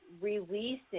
releasing